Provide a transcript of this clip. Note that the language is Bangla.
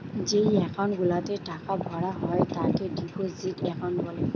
যেই একাউন্ট গুলাতে টাকা ভরা হয় তাকে ডিপোজিট একাউন্ট বলে